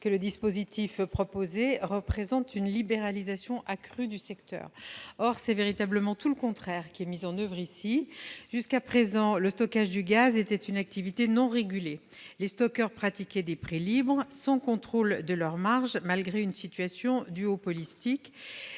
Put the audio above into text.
que le dispositif proposé « représente une libéralisation accrue du secteur ». Or c'est véritablement tout le contraire qu'il s'agit de mettre en oeuvre ! Jusqu'à présent, le stockage du gaz était une activité non régulée, les stockeurs pratiquaient des prix libres, sans contrôle de leurs marges, malgré une situation duopolistique,